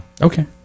Okay